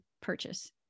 purchase